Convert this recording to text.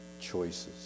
choices